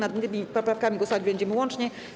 Nad tymi poprawkami głosować będziemy łącznie.